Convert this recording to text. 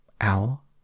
Owl